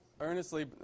earnestly